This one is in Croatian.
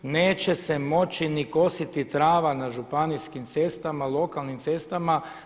Neće se moći ni kositi trava na županijskim cestama, lokalnim cestama.